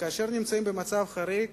כאשר נמצאים במצב חריג